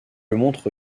montre